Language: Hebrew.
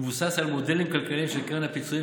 ומבוסס על מודלים כלכליים של קרן הפיצויים